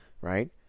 right